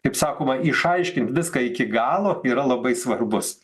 kaip sakoma išaiškint viską iki galo yra labai svarbus